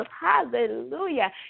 hallelujah